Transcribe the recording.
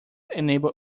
enable